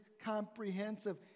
comprehensive